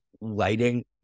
lighting